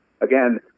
again